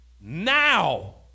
now